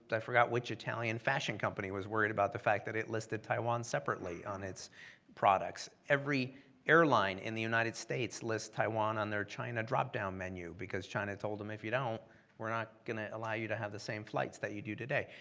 but i forgot which italian fashion company was worried about the fact that it listed taiwan separately on its products. every airline in the united states lists taiwan on their china dropdown menu because china told them if you don't we're not gonna allow you to have the same flights that you do today.